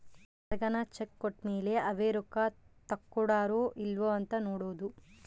ಯಾರ್ಗನ ಚೆಕ್ ಕೋಟ್ಮೇಲೇ ಅವೆ ರೊಕ್ಕ ತಕ್ಕೊಂಡಾರೊ ಇಲ್ಲೊ ಅಂತ ನೋಡೋದು